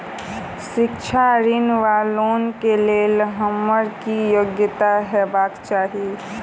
शिक्षा ऋण वा लोन केँ लेल हम्मर की योग्यता हेबाक चाहि?